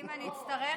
יאללה,